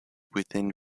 within